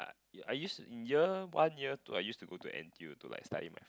I used year one year two I used to go to N_T_U to like study my